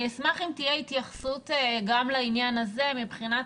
אני אשמח אם תהיה התייחסות גם לעניין הזה מבחינת